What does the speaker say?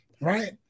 right